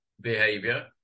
behavior